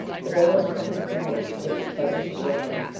the bells called the people to the different places of worship.